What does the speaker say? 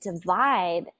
divide